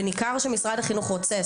וניכר שמשרד החינוך רוצה,